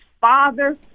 father